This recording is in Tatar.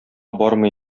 бармый